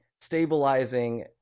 stabilizing